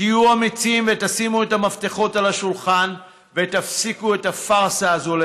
תהיו אמיצים ותשימו את המפתחות על השולחן ותפסיקו את הפארסה הזאת,